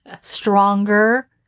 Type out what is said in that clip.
stronger